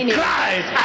Christ